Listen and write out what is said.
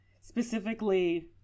Specifically